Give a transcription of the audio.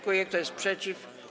Kto jest przeciw?